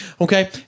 Okay